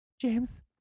James